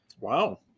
Wow